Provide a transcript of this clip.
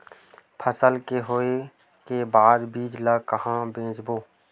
फसल के होय के बाद बीज ला कहां बेचबो?